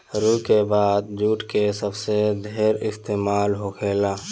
रुई के बाद जुट के सबसे ढेर इस्तेमाल होखेला